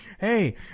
hey